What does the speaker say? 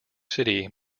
city